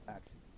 Action